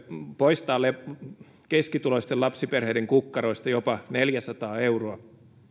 poistaa keskituloisten lapsiperheiden kukkaroista jopa neljäsataa euroa